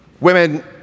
Women